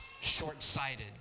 short-sighted